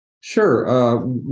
Sure